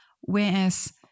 whereas